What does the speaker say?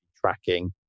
tracking